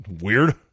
Weird